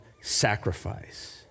sacrifice